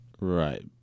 Right